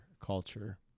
culture